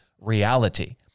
reality